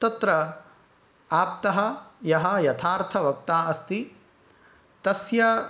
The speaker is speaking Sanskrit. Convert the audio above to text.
तत्र आप्तः यः यथार्थवक्ता अस्ति तस्य